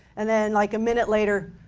and then like a minute later,